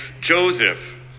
Joseph